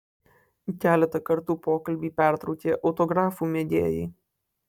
keletą kartų pokalbį pertraukė autografų mėgėjai